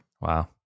Wow